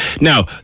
Now